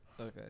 Okay